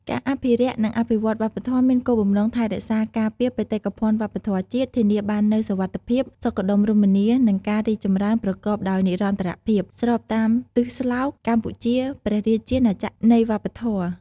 ការអភិរក្ស និងអភិវឌ្ឍន៍វប្បធម៌មានគោលបំណងថែរក្សាការពារបេតិកភណ្ឌវប្បធម៌ជាតិ ធានាបាននូវសុវត្ថិភាព សុខដុមរមនា និងការរីកចម្រើនប្រកបដោយនិរន្តរភាព ស្របតាមទិសស្លោក "កម្ពុជា ព្រះរាជាណាចក្រនៃវប្បធម៌"។